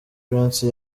prince